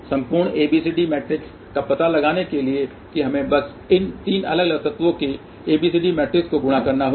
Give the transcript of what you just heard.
संपूर्ण ABCD matrix का पता लगाने के लिए कि हमें बस इन 3 अलग तत्वों के ABCD मैट्रिक्स को गुणा करना होगा